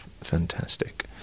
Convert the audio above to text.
fantastic